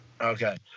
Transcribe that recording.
Okay